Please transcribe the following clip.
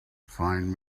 find